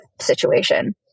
situation